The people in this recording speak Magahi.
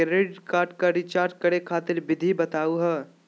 क्रेडिट कार्ड क रिचार्ज करै खातिर विधि बताहु हो?